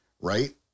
Right